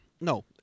No